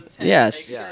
Yes